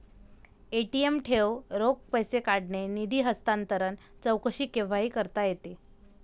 ATM ठेव, रोख पैसे काढणे, निधी हस्तांतरण, चौकशी केव्हाही करता येते